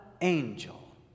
angel